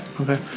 Okay